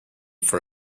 for